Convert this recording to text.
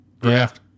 draft